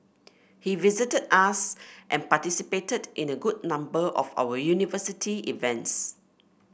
he visited us and participated in a good number of our university events